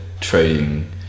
trading